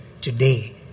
today